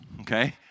okay